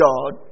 God